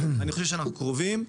ואני חושב שאנחנו קרובים לזה.